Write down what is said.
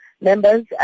members